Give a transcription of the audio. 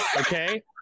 okay